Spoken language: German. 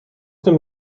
dem